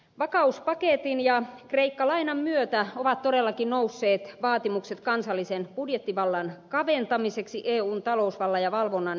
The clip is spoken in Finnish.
vakauspaketin ja kreikka lainan myötä ovat todellakin nousseet vaatimukset kansallisen budjettivallan kaventamiseksi eun talousvallan ja valvonnan hyväksi